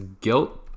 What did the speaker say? guilt